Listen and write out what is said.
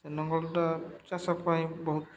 ନଙ୍ଗଲଟା ଚାଷ ପାଇଁ ବହୁତ